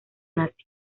nazi